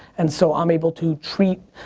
and so i'm able to treat